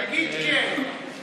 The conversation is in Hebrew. תגיד כן.